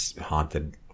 haunted